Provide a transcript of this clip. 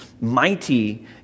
Mighty